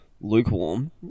lukewarm